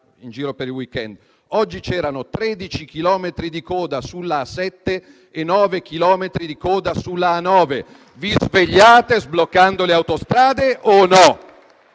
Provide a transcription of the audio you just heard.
in giro per il *week-end*, 13 chilometri di coda sulla A7 e 9 chilometri di coda sulla A9. Vi svegliate sbloccando le autostrade o no?